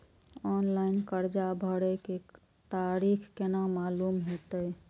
Online कर्जा भरे के तारीख केना मालूम होते?